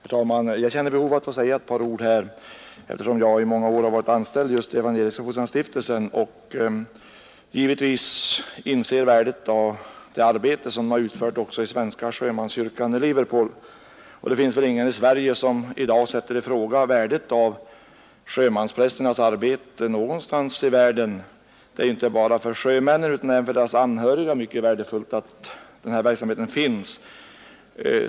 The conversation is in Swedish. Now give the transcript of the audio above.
Herr talman! Jag känner behov av att få säga några ord här, eftersom jag i många år har varit anställd just i Evangeliska fosterlandsstiftelsen och givetvis inser värdet av det arbete som stiftelsen har utfört också i svenska sjömanskyrkan i Liverpool. Det finns väl ingen i Sverige som i dag sätter i fråga värdet av sjömansprästernas arbete någonstans i världen. Det är ju inte bara för sjömännen utan även för deras anhöriga mycket värdefullt att denna verksamhet finns.